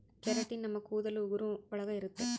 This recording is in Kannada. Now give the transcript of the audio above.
ಕೆರಟಿನ್ ನಮ್ ಕೂದಲು ಉಗುರು ಒಳಗ ಇರುತ್ತೆ